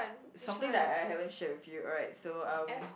something that I I haven't shared with you alright so um